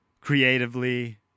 creatively